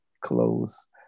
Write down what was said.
clothes